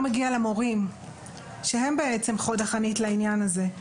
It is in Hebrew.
מגיע למורים שהם בעצם חוד החנית לעניין הזה.